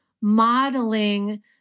modeling